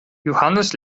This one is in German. johannes